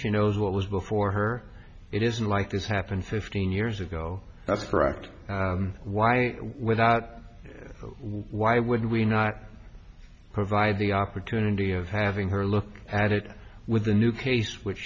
she knows what was before her it isn't like this happened fifteen years ago that's correct why without why would we not provide the opportunity of having her look at it with a new case which